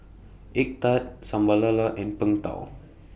Egg Tart Sambal Lala and Png Tao